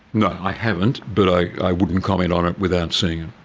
no, i haven't but i wouldn't comment on it without seeing and